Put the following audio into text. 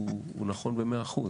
הוא נכון במאה אחוז.